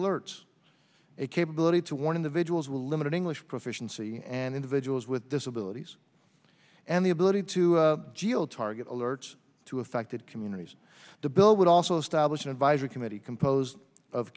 alerts a capability to one individual's limited english proficiency and individuals with disabilities and the ability to deal target alerts to affected communities the bill would also establish an advisory committee composed of